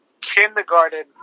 kindergarten